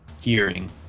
hearing